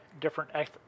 different